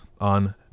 on